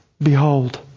Behold